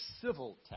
civil